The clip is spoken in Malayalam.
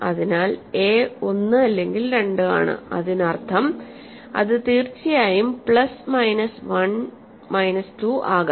അതിനാൽ a 1 അല്ലെങ്കിൽ 2 ആണ് അതിനർത്ഥം അത് തീർച്ചയായും പ്ലസ് മൈനസ് 1 മൈനസ് 2 ആകാം